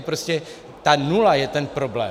Prostě ta nula je ten problém.